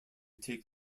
take